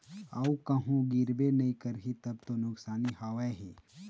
अऊ कहूँ गिरबे नइ करही तब तो नुकसानी हवय ही